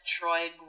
Troy